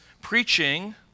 Preaching